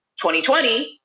2020